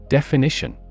Definition